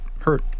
hurt